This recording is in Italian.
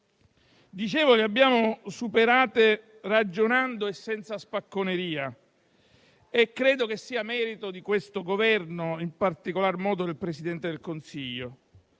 vaccini. Le abbiamo superate ragionando e senza spacconeria e credo sia merito di questo Governo, in particolar modo del Presidente del Consiglio.